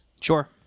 Sure